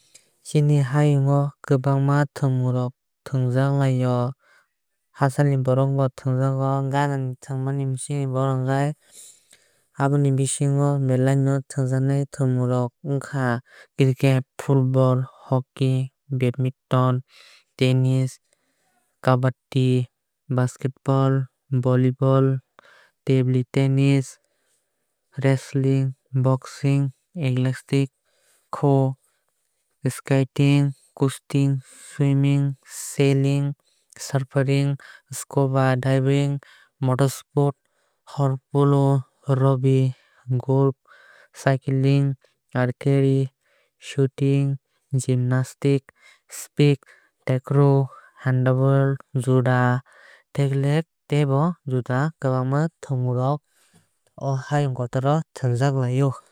Chini hayung o kwbangma thwnmung thwngjaglai o. Hachal ni borok bo thwngjag o. Gaanaa thwngmani bisingo borok rok hingkhai aboni bisingo belai no thwnjaknai thwnmung rok ongkha cricketc football hockey badminton tennis kabaddi basketball volleyball table tennis wrestling boxing athletics kho kho kushti swimming sailing surfing scuba diving skiing motorsports horse polo rugby golf cycling archery shooting gymnastics sepak takraw handball judo taekwondo tebo juda kwbangma thwngmung rok o hayung kotor rok thwngjaglai o.